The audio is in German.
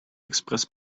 express